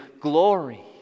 glory